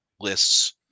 lists